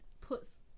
puts